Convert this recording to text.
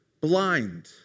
blind